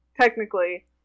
technically